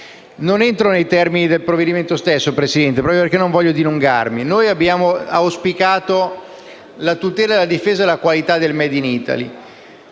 Non entro nei termini del provvedimento stesso, signor Presidente, proprio perché non voglio dilungarmi. Noi abbiamo auspicato la tutela e la difesa della qualità del *made in Italy*.